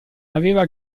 aveva